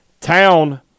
town